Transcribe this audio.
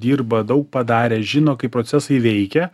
dirba daug padarę žino kaip procesai veikia